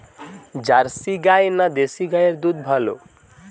Jersey গাই না দেশী গাইয়ের দুধ ভালো?